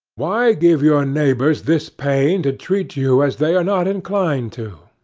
why give your neighbors this pain to treat you as they are not inclined to?